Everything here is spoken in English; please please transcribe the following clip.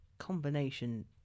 combination